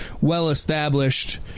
well-established